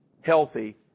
healthy